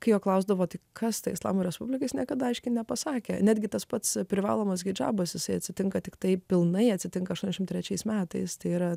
kai jo klausdavo tai kas ta islamo respublika niekada aiškiai nepasakė netgi tas pats privalomas hidžabas jisai atsitinka tiktai pilnai atsitinka šešiasdešimt trečiais metais tai yra